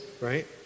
right